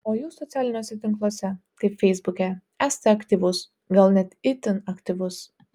o jūs socialiniuose tinkluose kaip feisbuke esate aktyvus gal net itin aktyvus